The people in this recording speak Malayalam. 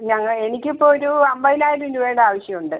ഞങ്ങൾ എനിക്കിപ്പോൾ ഒരു അമ്പതിനായിരം രൂപയുടെ ആവശ്യം ഉണ്ട്